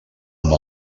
amb